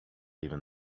even